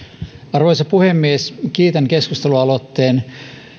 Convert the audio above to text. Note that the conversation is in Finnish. arvoisa puhemies kiitän keskustelualoitteen